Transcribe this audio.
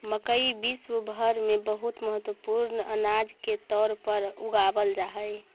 मकई विश्व भर में बहुत महत्वपूर्ण अनाज के तौर पर उगावल जा हई